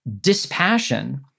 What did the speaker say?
dispassion